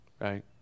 Right